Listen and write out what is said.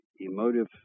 emotive